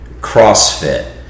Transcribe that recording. crossfit